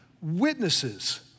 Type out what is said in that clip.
witnesses